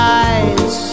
eyes